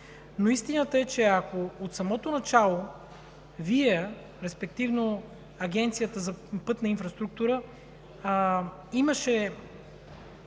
Но истината е, че ако от самото начало Вие, респективно Агенцията за пътна инфраструктура, имаше